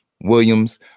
Williams